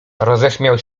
roześmiał